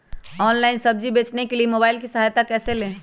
Online सब्जी बेचने के लिए मोबाईल की सहायता कैसे ले?